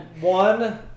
one